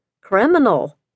Criminal